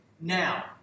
now